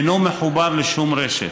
ואינו מחובר לשום רשת.